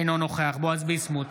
אינו נוכח בועז ביסמוט,